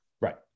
Right